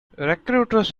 recruiters